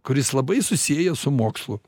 kuris labai susijęs su mokslu